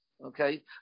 Okay